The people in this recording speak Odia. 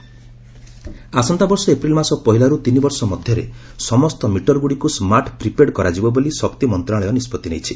ପାୱାର ମିନିଷ୍ଟ୍ରୀ ଆସନ୍ତା ବର୍ଷ ଏପିଲ୍ ମାସ ପହିଲାରୁ ତିନି ବର୍ଷ ମଧ୍ୟରେ ସମସ୍ତ ମିଟରଗୁଡ଼ିକୁ ସ୍କାର୍ଟ ପ୍ରିପେଡ୍ କରାଯିବ ବୋଲି ଶକ୍ତି ମନ୍ତ୍ରଣାଳୟ ନିଷ୍ପଭି ନେଇଛି